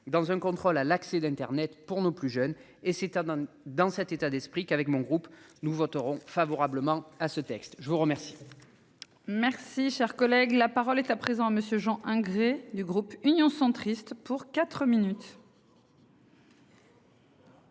dans un contrôle à l'accès d'Internet pour nos plus jeunes et c'est dans cet état d'esprit qu'avec mon groupe nous voterons favorablement à ce texte, je vous remercie. Merci, cher collègue, la parole est à présent à monsieur Jean hein xer du groupe Union centriste pour 4 minutes.